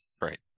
Right